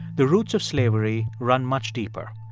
the roots of slavery run much deeper,